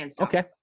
Okay